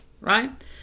Right